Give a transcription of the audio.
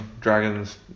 dragons